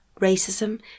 Racism